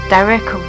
Derek